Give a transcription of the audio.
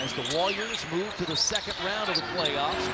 the warriors move to the second round of the playoffs.